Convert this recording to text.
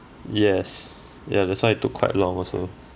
yes ya that's why it took quite long also